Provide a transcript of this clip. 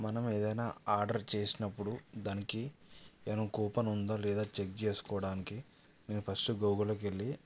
మనం ఏదైనా ఆర్డర్ చేసినప్పుడు దానికి ఏమైనా కూపన్ ఉందో లేదా చెక్ చేసుకోవడానికి నేను ఫస్ట్ గూగుల్లోకి వెళ్ళి